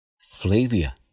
Flavia